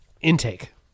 Intake